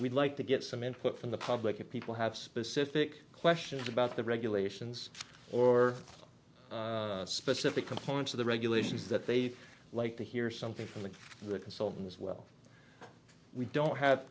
we'd like to get some input from the public of people have specific questions about the regulations or specific components of the regulations that they'd like to hear something from the consultant as well we don't have